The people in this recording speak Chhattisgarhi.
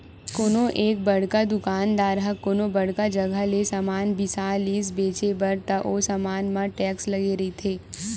कोनो एक बड़का दुकानदार ह कोनो बड़का जघा ले समान बिसा लिस बेंचे बर त ओ समान म टेक्स लगे रहिथे